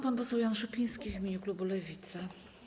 Pan poseł Jan Szopiński w imieniu klubu Lewica.